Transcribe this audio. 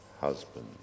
husband